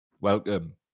Welcome